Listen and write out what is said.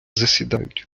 засідають